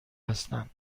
هستن